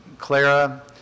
Clara